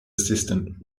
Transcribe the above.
assistant